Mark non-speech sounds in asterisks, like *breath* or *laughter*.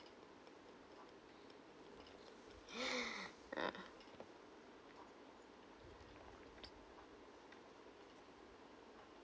*breath* uh